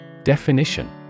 Definition